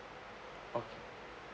okay